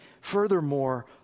Furthermore